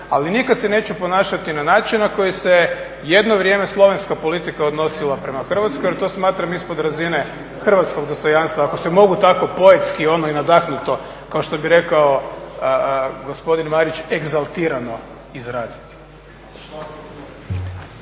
Ali nikad se neću ponašati na način na koji se jedno vrijeme slovenska politika odnosila prema Hrvatskoj jer to smatram ispod razine hrvatskog dostojanstva ako se mogu tako poetski ono i nadahnuto kao što bi rekao gospodin Marić egzaltirano izraziti.